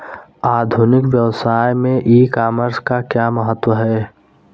आधुनिक व्यवसाय में ई कॉमर्स का क्या महत्व है?